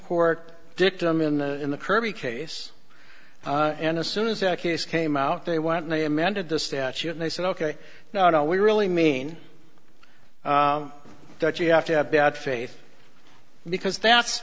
court dictum in the in the kirby case and as soon as that case came out they want me amended the statute and they said ok no no we really mean that you have to have bad faith because that's